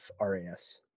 RAs